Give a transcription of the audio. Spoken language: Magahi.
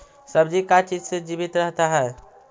सब्जी का चीज से जीवित रहता है?